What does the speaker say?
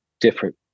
different